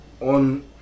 on